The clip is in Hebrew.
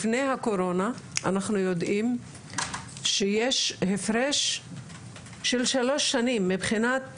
לפני הקורונה אנחנו יודעים שיש הפרש של שלוש שנים מבחינת